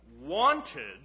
wanted